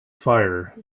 fire